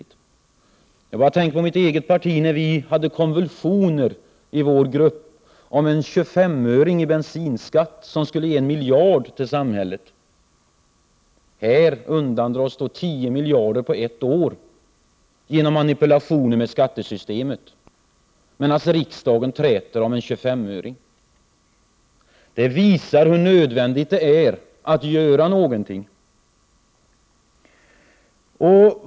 Detta får mig att tänka på mitt eget parti och de konvulsioner som vi hade i den egna partigruppen när det gällde att höja bensinskatten med 25 öre, vilket skulle ge samhället 1 miljard. Här undandras dock 10 miljarder på ett år genom manipulationer med skattesystemet, samtidigt som vi i riksdagen träter om en 25-öring. Det visar hur nödvändigt det är att göra någonting.